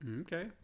okay